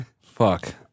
Fuck